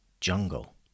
jungle